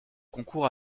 concours